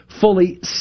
Fully